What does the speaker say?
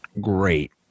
great